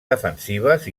defensives